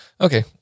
Okay